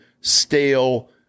stale